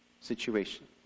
situation